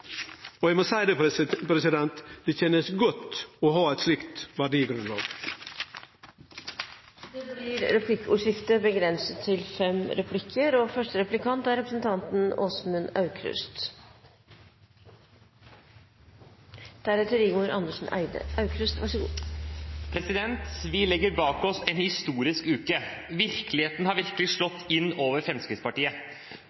frivilligheita. Eg må seie det kjenst godt å ha eit slikt verdigrunnlag. Det blir replikkordskifte. Vi legger bak oss en historisk uke. Virkeligheten har